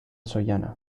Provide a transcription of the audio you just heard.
sollana